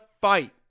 fight